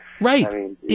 right